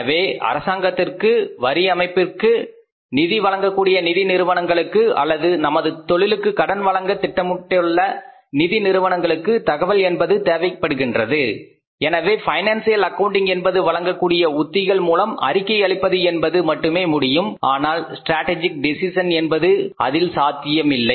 எனவே அரசாங்கத்திற்கு வரி அமைப்புகளுக்கு நிதி வழங்கக்கூடிய நிதி நிறுவனங்களுக்கு அல்லது நமது தொழிலுக்கு கடன் வழங்க திட்டமிட்டுள்ள நிதி நிறுவனங்களுக்கு தகவல் என்பது தேவைப்படுகின்றது எனவே பைனான்சியல் அக்கவுண்டிங் என்பது வழங்கக்கூடிய உத்திகளின் மூலம் அறிக்கை அளிப்பது என்பது மட்டுமே முடியும் ஆனால் ஸ்ட்ராட்டஜிக் டெசிஷன் என்பது இதில் சாத்தியமில்லை